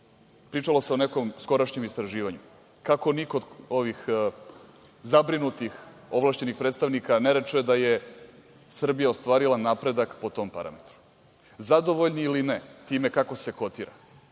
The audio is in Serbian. pričalo se o nekom skorašnjem istraživanju. Kako niko od ovih zabrinutih ovlašćenih predstavnika ne reče da je Srbija ostvarila napredak po tom parametru? Zadovoljni ili ne time kako se kotira,